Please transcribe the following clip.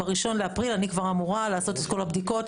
ב-1 באפריל אני כבר אמורה לעשות את כל הבדיקות,